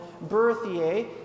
Berthier